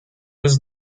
was